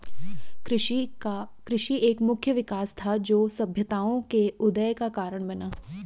कृषि एक मुख्य विकास था, जो सभ्यताओं के उदय का कारण बना